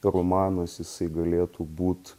romanas jisai galėtų būt